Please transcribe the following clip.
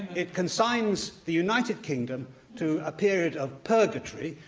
it consigns the united kingdom to a period of purgatory,